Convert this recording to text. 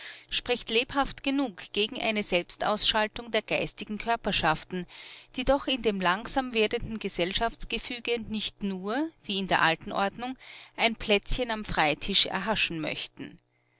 spricht lebhaft genug gegen eine selbstausschaltung der geistigen körperschaften die doch in dem langsam werdenden gesellschaftsgefüge nicht nur wie in der alten ordnung ein plätzchen am freitisch erhaschen möchten